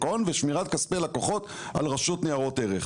ההון ובענייני שמירת כספי הלקוחות על רשות ניירות ערך?